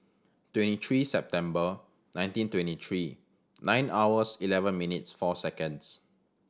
twenty three September nineteen twenty three nine hours eleven minutes four seconds